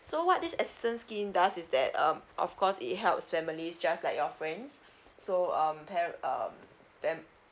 so what this assistance scheme does is that um of course it helps family's just like your friends so um par~ um par~